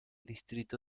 distrito